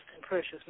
precious